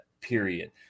period